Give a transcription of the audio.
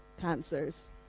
cancers